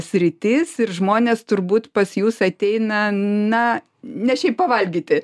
sritis ir žmonės turbūt pas jus ateina na ne šiaip pavalgyti